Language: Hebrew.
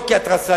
לא כהתרסה,